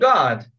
God